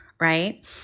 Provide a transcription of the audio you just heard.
right